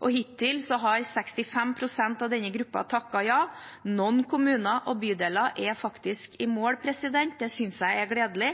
Hittil har 65 pst. av denne gruppen takket ja. Noen kommuner og bydeler er faktisk i mål. Det synes jeg er gledelig.